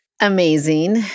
Amazing